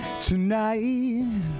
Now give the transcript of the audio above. tonight